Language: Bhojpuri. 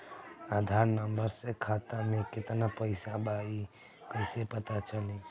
आधार नंबर से खाता में केतना पईसा बा ई क्ईसे पता चलि?